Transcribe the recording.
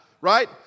right